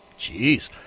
jeez